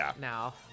now